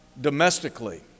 domestically